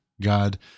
God